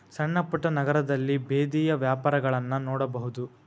ಸಣ್ಣಪುಟ್ಟ ನಗರದಲ್ಲಿ ಬೇದಿಯ ವ್ಯಾಪಾರಗಳನ್ನಾ ನೋಡಬಹುದು